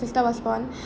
sister was born